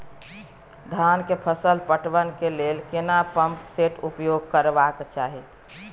धान के फसल पटवन के लेल केना पंप सेट उपयोग करबाक चाही?